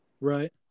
Right